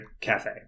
cafe